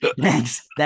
Thanks